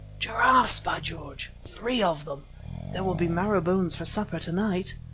giraffes, by george! three of them there will be marrow-bones for supper to-night.